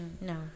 no